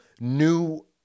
new